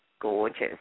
Gorgeous